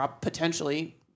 potentially